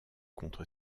contre